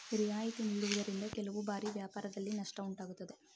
ರಿಯಾಯಿತಿ ನೀಡುವುದರಿಂದ ಕೆಲವು ಬಾರಿ ವ್ಯಾಪಾರದಲ್ಲಿ ನಷ್ಟ ಉಂಟಾಗುತ್ತದೆ